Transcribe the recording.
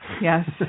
Yes